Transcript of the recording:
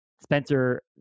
Spencer